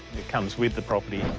it comes with the property.